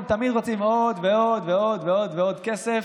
הם תמיד רוצים עוד ועוד ועוד ועוד ועוד כסף,